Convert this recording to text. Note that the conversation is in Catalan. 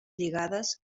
lligades